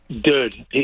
dude